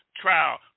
trial